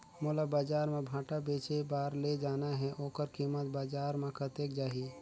मोला बजार मां भांटा बेचे बार ले जाना हे ओकर कीमत बजार मां कतेक जाही?